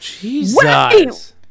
Jesus